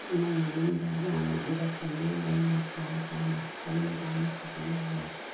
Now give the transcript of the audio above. ꯏꯃꯨꯡ ꯃꯅꯨꯡꯗ ꯌꯥꯝꯅ ꯑꯟꯗꯁꯇꯦꯟꯗꯤꯡ ꯂꯩꯅ ꯒ꯭ꯌꯥꯟ ꯇꯥꯅ ꯆꯅꯤꯡ ꯇꯥꯅ ꯐꯖꯅ ꯂꯩ